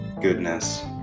goodness